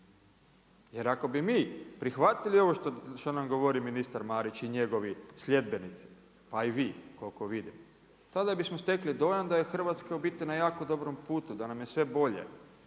Jer ako bi mi prihvatili ovo što nam govori ministar Marić i njegovi sljedbenici, a i vi koliko vidim. Tada bismo stekli dojam da je Hrvatska u biti na jako dobrom putu, da nam je sve bolje,